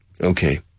Okay